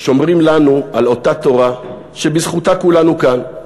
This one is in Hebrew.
שומרים לנו על אותה תורה שבזכותה כולנו כאן,